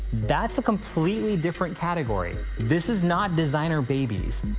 that's a completely different category. this is not designer babies.